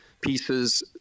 pieces